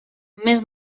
més